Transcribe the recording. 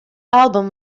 album